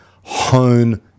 hone